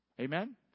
Amen